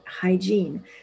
hygiene